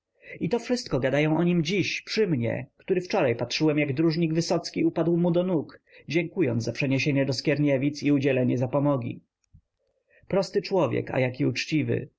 i to wszystko gadają o nim dziś przy mnie który wczoraj patrzyłem jak dróżnik wysocki upadł mu do nóg dziękując za przeniesienie do skierniewic i udzielenie zapomogi prosty człowiek a jaki uczciwy